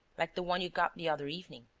like the one you got the other evening.